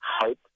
hope